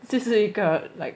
这是一个 like